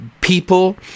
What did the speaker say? People